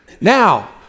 Now